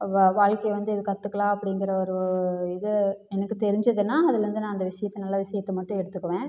வ வாழ்க்கையை வந்து இது கற்றுக்கலாம் அப்படிங்கிற ஒரு இது எனக்கு தெரிஞ்சுதுன்னா அதுலேருந்து நான் அந்த விஷயத்தை நல்ல விஷயத்தை மட்டும் எடுத்துக்குவேன்